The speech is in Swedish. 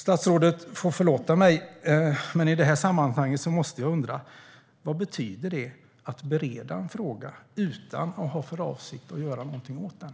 Statsrådet får förlåta mig, men i detta sammanhang undrar jag: Vad betyder det att bereda en fråga utan att ha för avsikt att göra någonting åt den?